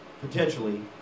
potentially